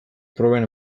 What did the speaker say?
proben